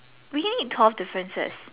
we're getting at cost differences